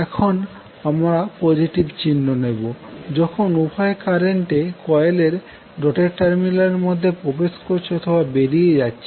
এখন আমরা পজেটিভ চিহ্ন নেব যখন উভয় কারেন্টে কোয়েলের ডটেড টার্মিনাল এর মধ্যে প্রবেশ করছে অথবা বেরিয়ে যাচ্ছে